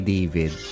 David